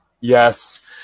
Yes